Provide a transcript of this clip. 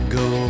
go